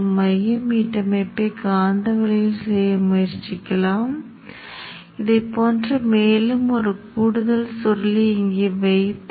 இது பவர் குறைக்கடத்தி சுவிட்ச் ஆகும் இது ஆன் மற்றும் ஆஃப் செய்யப் போகிறது மேலும் இது PWM தொகுதியிலிருந்து கேட் சமிக்ஞையை பெறுகிறது